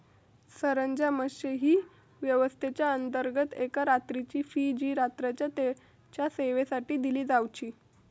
सरंजामशाही व्यवस्थेच्याअंतर्गत एका रात्रीची फी जी रात्रीच्या तेच्या सेवेसाठी दिली जावची